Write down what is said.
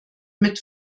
mit